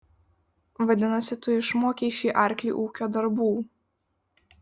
vadinasi tu išmokei šį arklį ūkio darbų